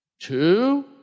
Two